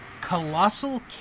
Colossal